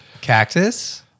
Cactus